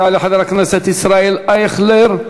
יעלה חבר הכנסת ישראל אייכלר,